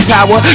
Tower